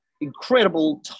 incredible